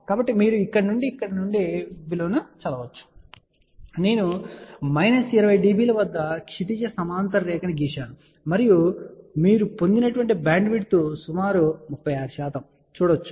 కాబట్టి మీరు ఇక్కడ నుండి ఇక్కడ నుండి విలువను చదవవచ్చు నేను 20 dB వద్ద క్షితిజ సమాంతర రేఖ ను గీశాను మరియు పొందిన బ్యాండ్విడ్త్ సుమారు 36 అని చూడవచ్చు